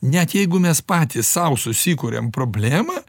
net jeigu mes patys sau susikuriam problemą